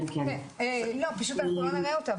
אנחנו לא נראה אותה,